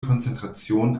konzentration